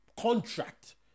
contract